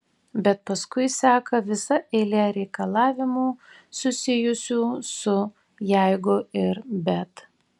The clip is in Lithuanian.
bet paskui seka visa eilė reikalavimų susijusių su jeigu ir bet